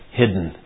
hidden